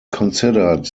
considered